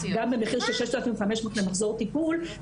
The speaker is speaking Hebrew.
גם במחיר של 6,500 למחזור טיפול,